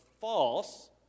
false